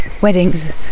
weddings